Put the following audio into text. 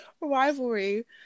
rivalry